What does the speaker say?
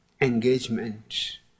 engagement